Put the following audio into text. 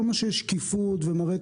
כל מה שיש שקיפות ומראה,